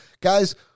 Guys